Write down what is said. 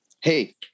Hey